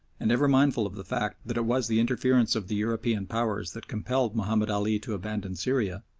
and ever mindful of the fact that it was the interference of the european powers that compelled mahomed ali to abandon syria,